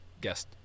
guest